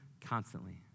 constantly